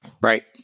right